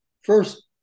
first